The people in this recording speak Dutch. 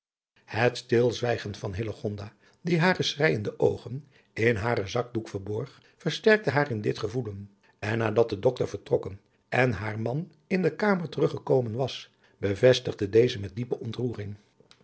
het stilzwijgen van hillegonda die hare schreijende oogen in haren zakdoek verborg versterkte haar in dit gevoelen en nadat de doctor vertrokken en haar man in dekamer terug gekomen was bevestigde deze met diepe ontroering